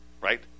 right